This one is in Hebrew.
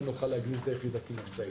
לא נוכל להגדיר את היחידה כמבצעית.